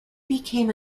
became